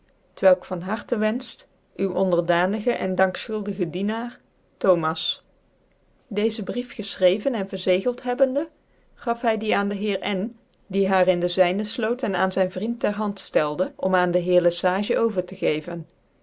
t welk van harten wenfcht uwen onderdanige en dankschuldige dienaar thomas dezen brief gefchrceven cn verzegelt hebbende gaf hy die aan dc heer n die haar in de xjrne floot cn aan zyn vriend ter hand ftclde om aan dc heer le sage over te geven